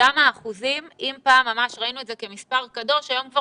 פעם ראינו את האחוזים ממש כמספר קדוש היום כבר